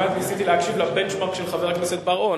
אני כמעט ניסיתי להקשיב ל-benchmark של חבר הכנסת בר-און,